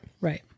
Right